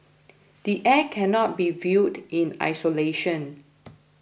the Act cannot be viewed in isolation